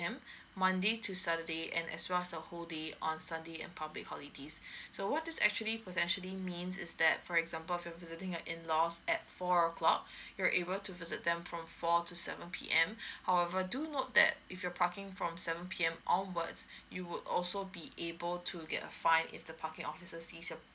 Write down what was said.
monday to saturday and as well as a whole day on sunday and public holidays so what is actually potentially means is that for example if you're visiting your in laws at four o'clock you're able to visit them from four to seven P_M however do note that if you're parking from seven P_M onwards you would also be able to get a fine if the parking officers sees